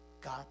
God